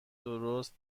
درست